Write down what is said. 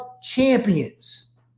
champions